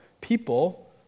people